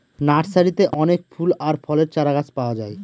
নার্সারিতে অনেক ফুল আর ফলের চারাগাছ পাওয়া যায়